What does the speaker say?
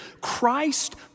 Christ